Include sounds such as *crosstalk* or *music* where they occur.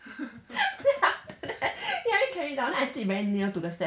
*laughs* then after that he help me carry down then I sit very near to the stairs